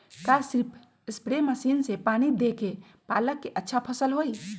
का सिर्फ spray machine से पानी देके पालक के अच्छा फसल होई?